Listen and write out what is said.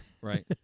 right